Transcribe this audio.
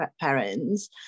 parents